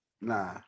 Nah